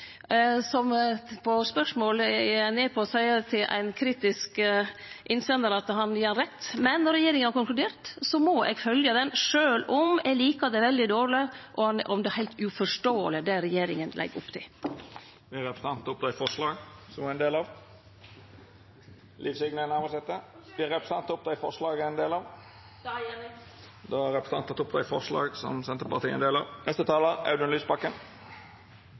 som på spørsmål i ein e-post seier til ein kritisk innsendar at han gir han rett, men regjeringa har konkludert: Då må eg følgje ho, sjølv om eg likar det veldig dårleg, og sjølv om det er heilt uforståeleg, det som regjeringa legg opp til. Vil representanten ta opp forslag? Det gjer eg. Representanten Liv Signe Navarsete har teke opp dei forslaga ho refererte til. Det er